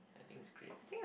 I think it's great